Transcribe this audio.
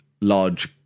large